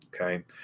okay